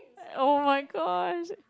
oh-my-gosh